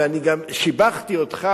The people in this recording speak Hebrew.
ואני גם שיבחתי אותך,